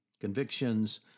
convictions